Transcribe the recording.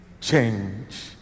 change